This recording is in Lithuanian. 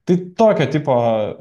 tai tokio tipo